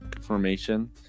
formation